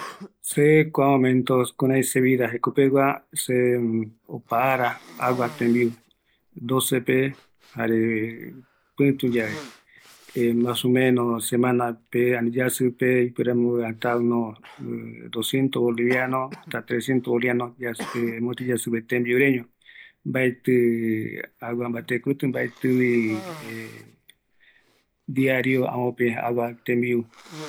﻿Se kua momento kirai se vida jeko pegua, se opaara agua tembiu, docepe, jare pituyave, masomeno ani semanape, ani yasipe ipuere amongata unos docientos boliviano hasta trescientos boliviano yasipe, mopeti yasipe tembiureño, mbaeti agua mbate kuti, mbaetivi diario amope agua tembiu